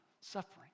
suffering